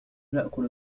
نأكل